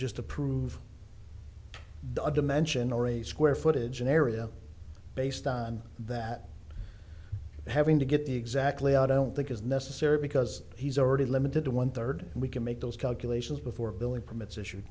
just to prove a dimension or a square footage an area based on that having to get the exact layout i don't think is necessary because he's already limited to one third we can make those calculations before building permits issue